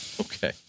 okay